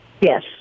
Yes